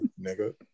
nigga